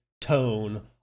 tone